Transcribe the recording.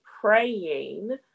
praying